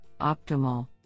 Optimal